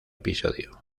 episodio